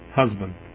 husband